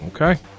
Okay